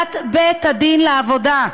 החלטת בית הדין לעבודה?